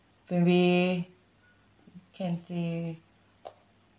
maybe can say